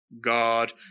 God